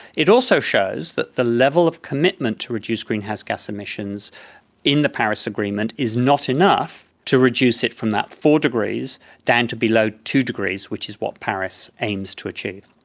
it also shows that the level of commitment to reduce greenhouse gas emissions in the paris agreement is not enough to reduce it from that four degrees down to below two degrees, which is what paris aims to achieve.